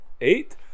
Eight